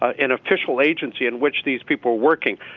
ah in official agency in which these people working